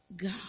God